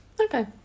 Okay